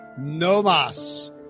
nomas